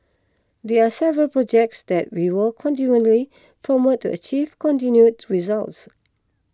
there are several projects that we will continually promote to achieve continued results